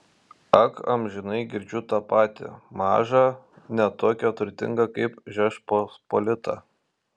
ak amžinai girdžiu tą patį maža ne tokia turtinga kaip žečpospolita